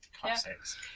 classics